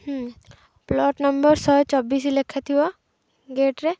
plot number ଶହେ ଚବିଶ ଲେଖାଥିବ ଗେଟ୍ରେ